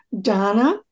Donna